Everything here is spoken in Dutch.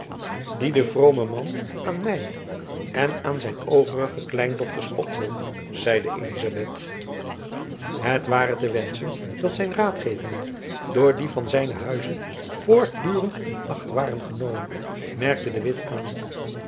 die de vrome man aan my en aan zijn overige kleindochters opdroeg zeide elizabeth het ware te wenschen dat zijn raadgevingen door die van zijnen huize voortdurend in acht waren genomen merkte de witt aan